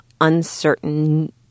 uncertain